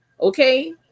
okay